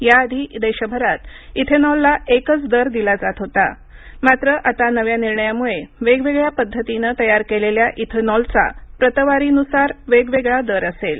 या आधी देशभरात इथेनॉलला एकच दर दिला जात होता मात्र आता नव्या निर्णयामुळे वेगवेगळ्या पद्धतीनं तयार केलेल्या इथेनॉलचा प्रतवारी नुसार वेगवेगळा दर असेल